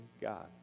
God